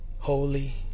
Holy